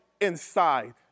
inside